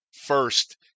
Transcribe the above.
first